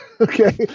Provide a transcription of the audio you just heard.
Okay